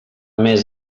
més